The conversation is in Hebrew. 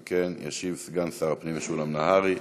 אם כן, ישיב סגן שר הפנים, משולם נהרי.